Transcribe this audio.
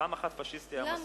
פעם אחת "פאשיסטי" היה מספיק.